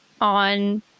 on